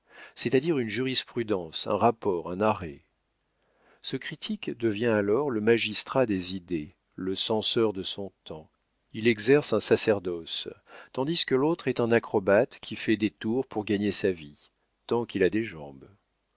c'est-à-dire une jurisprudence un rapport un arrêt ce critique devient alors le magistrat des idées le censeur de son temps il exerce un sacerdoce tandis que l'autre est un acrobate qui fait des tours pour gagner sa vie tant qu'il a des jambes